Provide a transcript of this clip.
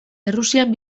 errusian